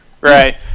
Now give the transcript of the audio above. Right